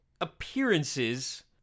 appearances